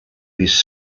his